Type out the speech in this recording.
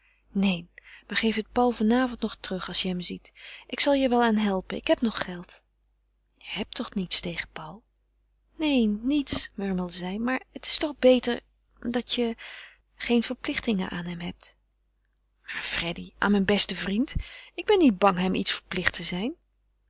neen maar geef het paul van avond nog terug als je hem ziet ik zal er je wel aan helpen ik heb nog geld je hebt toch niets tegen paul neen niets murmelde zij maar het is toch beter dat je geen verplichtingen aan hem hebt maar freddy aan mijn besten vriend ik ben niet bang hem iets verplicht te zijn